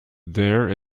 there